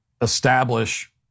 establish